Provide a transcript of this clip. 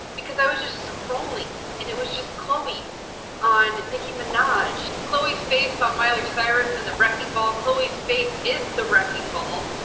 because i was just scrolling, and it was just chloe on nicki minaj. chloe's face on miley cyrus in the wrecking ball, chloe's face is the wrecking ball.